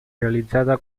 realizzata